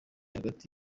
hagati